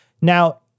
Now